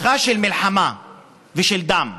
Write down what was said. הבטחה של מלחמה ושל דם.